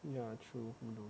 ya true